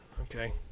Okay